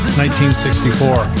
1964